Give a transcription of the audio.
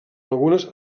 algunes